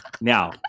Now